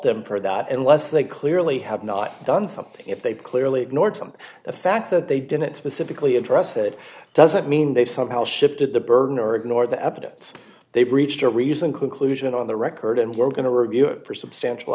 them for that unless they clearly have not done something if they've clearly ignored something the fact that they didn't specifically address that doesn't mean they've somehow shifted the burden or ignored the evidence they breached a reason conclusion on the record and we're going to review it for substantial